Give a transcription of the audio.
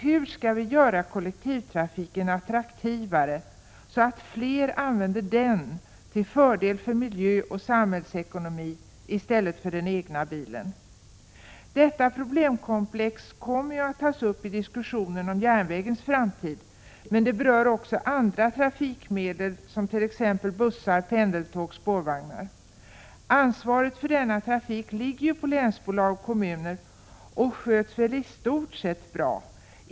Hur kan vi göra kollektivtrafiken attraktivare, så att fler använder sig av den — till fördel för miljö och samhällsekonomi — i stället för att ta den egna bilen? Detta problemkomplex kommer att tas upp i diskussionen om järnvägens framtid. Men det berör också andra trafikmedel—t.ex. bussar, pendeltåg och spårvagnar. Ansvaret för denna trafik ligger ju på länsbolag och kommuner, och verksamheten sköts väl i stort sett bra.